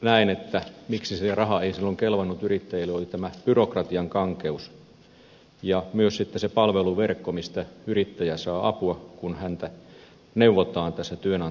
näen että syy miksi se raha ei silloin kelvannut yrittäjille oli tämä byrokratian kankeus ja myös sitten se palveluverkko mistä yrittäjä saa apua kun häntä neuvotaan näissä työnantajavelvoitteissa